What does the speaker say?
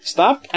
Stop